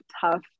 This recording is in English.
tough